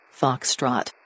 foxtrot